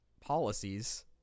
policies